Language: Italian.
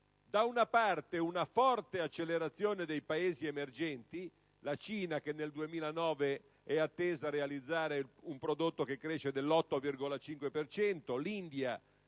aritmetica: una forte accelerazione dei Paesi emergenti, come la Cina, che nel 2009 è attesa realizzare un prodotto che cresce dell'8,5 per